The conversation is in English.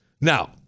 Now